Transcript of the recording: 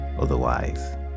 otherwise